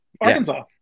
Arkansas